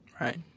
Right